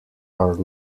are